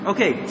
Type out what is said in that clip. Okay